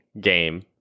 game